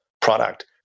product